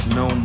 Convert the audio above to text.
no